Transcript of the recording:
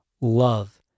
love